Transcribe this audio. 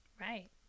Right